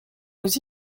aux